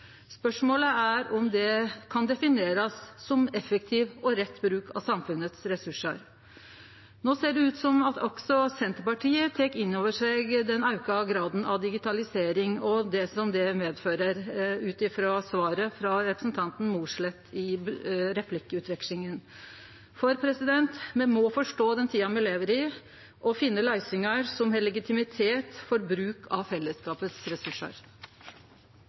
Spørsmålet er om det kan definerast som effektiv og rett bruk av samfunnets resursar. No ser det ut som, ut frå svaret til representanten Mossleth i replikkvekslinga, at også Senterpartiet tek inn over seg den auka graden av digitalisering og det som det medfører. Me må forstå den tida me lever i, og finne løysingar som har legitimitet for bruk av fellesskapets